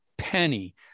penny